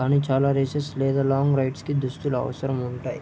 కానీ చాలా రేసెస్ లేదా లాంగ్ రైడ్స్కి దుస్తులు అవసరం ఉంటాయి